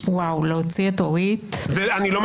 וואו, להוציא את אורית זה רמה גבוהה, רוטמן.